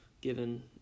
given